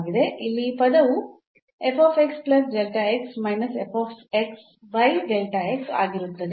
ಇಲ್ಲಿ ಈ ಪದವು ಆಗಿರುತ್ತದೆ